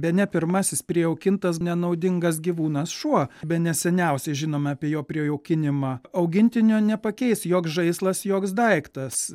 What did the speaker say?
bene pirmasis prijaukintas nenaudingas gyvūnas šuo bene seniausiai žinome apie jo prijaukinimą augintinio nepakeis joks žaislas joks daiktas